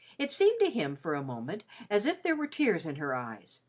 it seemed to him for a moment as if there were tears in her eyes,